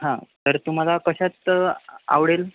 हां तर तुम्हाला कशात आ आवडेल